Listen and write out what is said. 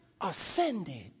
ascended